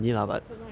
step down already ah